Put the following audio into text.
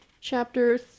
chapter